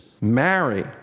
marry